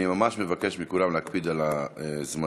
אני ממש מבקש מכולם להקפיד על הזמנים.